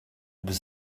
was